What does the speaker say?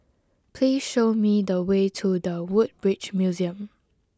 please show me the way to the Woodbridge Museum